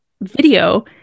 video